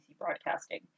broadcasting